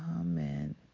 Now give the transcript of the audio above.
Amen